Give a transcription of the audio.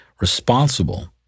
responsible